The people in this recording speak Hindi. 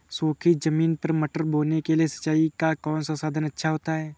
सूखी ज़मीन पर मटर बोने के लिए सिंचाई का कौन सा साधन अच्छा होता है?